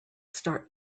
start